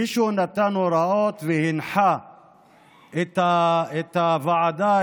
מישהו נתן הוראות והנחה את הוועדה,